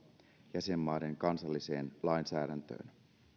jäsenmaiden kansalliseen lainsäädäntöön